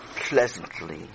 Pleasantly